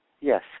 Yes